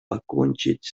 покончить